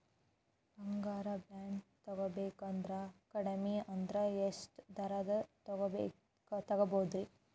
ಬಂಗಾರ ಬಾಂಡ್ ತೊಗೋಬೇಕಂದ್ರ ಕಡಮಿ ಅಂದ್ರ ಎಷ್ಟರದ್ ತೊಗೊಬೋದ್ರಿ?